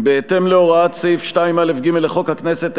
בהתאם להוראת סעיף 2א(ג) לחוק הכנסת,